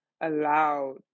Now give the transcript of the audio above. allowed